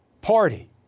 party